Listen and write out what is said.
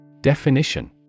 Definition